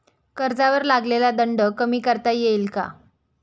कर्जावर लागलेला दंड कमी करता येईल का?